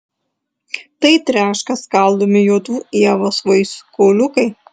tai treška skaldomi juodų ievos vaisių kauliukai